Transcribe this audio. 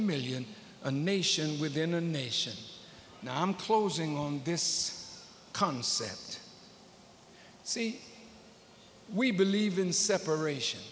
million a nation within a nation now i'm closing on this concept see we believe in separation